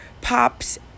pops